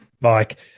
Mike